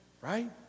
Right